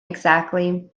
exactly